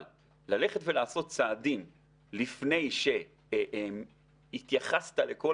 אבל לעשות צעדים לפני שהתייחסת לכל